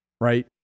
right